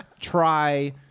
try